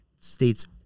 States